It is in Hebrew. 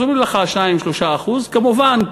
אז אומרים לך: 2% 3%. כמובן,